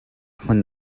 hmun